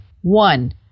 One